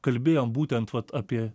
kalbėjom būtent vat apie